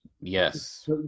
Yes